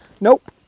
Nope